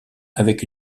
avec